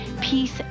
peace